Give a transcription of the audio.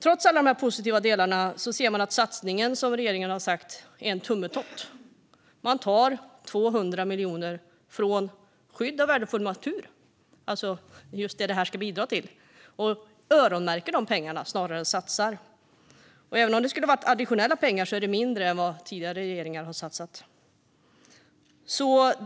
Trots alla dessa positiva delar ser man att den satsning som regeringen har talat om är en tummetott. Man tar 200 miljoner kronor från skydd av värdefull natur, just det som detta ska bidra till, och öronmärker dessa pengar snarare än att använda dem till satsningar. Även om det skulle ha varit additionella pengar är det mindre än vad tidigare regeringar har satsat.